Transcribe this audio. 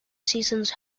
seasons